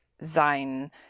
sein